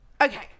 Okay